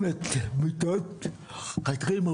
וגם בכובע השני שזה הסוגיות של משרד הפנים.